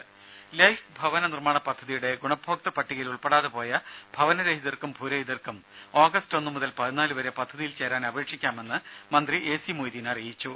രേര ലൈഫ് ഭവന നിർമ്മാണ പദ്ധതിയുടെ ഗുണഭോക്തൃ പട്ടികയിൽ ഉൾപ്പെടാതെ പോയ ഭവനരഹിതർക്കും ഭൂരഹിതർക്കും ആഗസ്റ്റ് ഒന്നു മുതൽ പതിനാലുവരെ പദ്ധതിയിൽ ചേരാൻ അപേക്ഷിക്കാമെന്ന് മന്ത്രി എ സി മൊയ്തിൻ അറിയിച്ചു